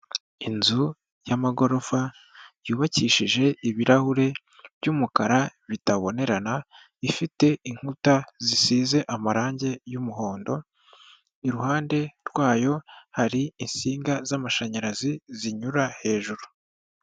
Inzu y'amagorofa yubakishije ibirahure by'umukara bitabonerana, ifite inkuta zisize amarange y'umuhondo iruhande rwayo hari insinga z'amashanyarazi zinyura hejuru.